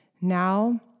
now